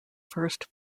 first